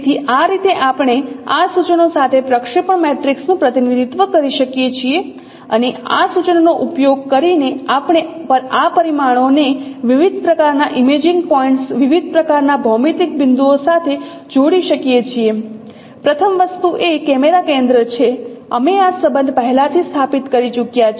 તેથી આ રીતે આપણે આ સૂચનો સાથે પ્રક્ષેપણ મેટ્રિક્સ નું પ્રતિનિધિત્વ કરી શકીએ છીએ અને આ સૂચનોનો ઉપયોગ કરીને આપણે આ પરિમાણોને વિવિધ પ્રકારના ઇમેજિંગ પોઇન્ટ્સ વિવિધ પ્રકારના ભૌમિતિક બિંદુઓ સાથે જોડી શકીએ છીએપ્રથમ વસ્તુ એ કેમેરા કેન્દ્ર છે અમે આ સંબંધ પહેલાથી સ્થાપિત કરી ચૂક્યા છે